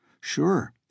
Sure